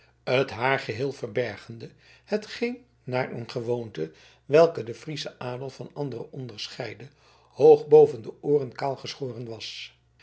het haar geheel verbergende hetwelk naar een gewoonte welke den frieschen adel van elken anderen onderscheidde hoog boven de ooren kaalgeschoren was